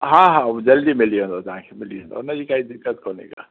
हा हा जल्दी मिली वेंदो तव्हांखे मिली वेंदो हुनजी काई दिक़त कोन्हे को